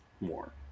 more